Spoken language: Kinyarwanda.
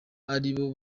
aribo